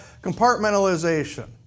compartmentalization